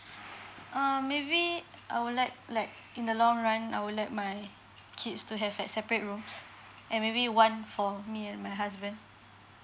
uh maybe I would like like in the long run I would like my kids to have at separate rooms and maybe one for me and my husband